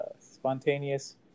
Spontaneous